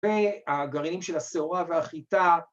‫והגרעינים של השעורה והחיטה.